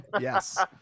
Yes